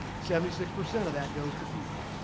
seventy six percent of that goes to people.